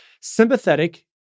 sympathetic